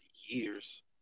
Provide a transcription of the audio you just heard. years